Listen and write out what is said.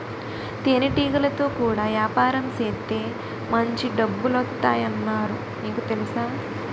తేనెటీగలతో కూడా యాపారం సేత్తే మాంచి డబ్బులొత్తాయ్ అన్నారు నీకు తెలుసా?